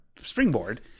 springboard